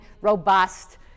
robust